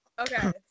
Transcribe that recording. Okay